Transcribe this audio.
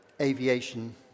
aviation